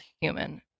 human